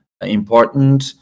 important